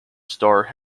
star